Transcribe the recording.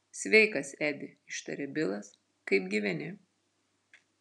sveikas edi ištarė bilas kaip gyveni